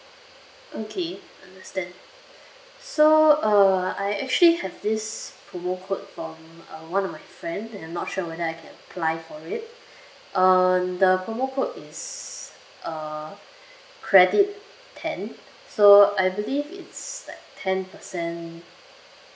okay understand so uh I actually have this promo code from uh one of my friend and I'm not sure whether I can apply for it um the promo code is uh credit ten so I believe it's like ten percent